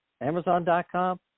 Amazon.com